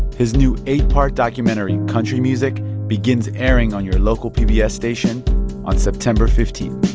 his new eight-part documentary, country music, begins airing on your local pbs yeah station on september fifteen